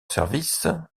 service